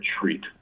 treat